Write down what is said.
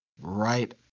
right